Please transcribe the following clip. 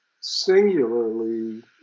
singularly